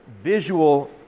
visual